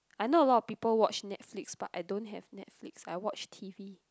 I know a lot of people watch Netflix but I don't have Netflix I watch T_V